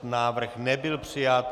Návrh nebyl přijat.